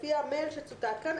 לפי המייל שצוטט כאן,